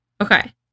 Okay